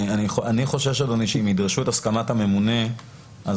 אני חושש שאם ידרשו את הסכמת הממונה אז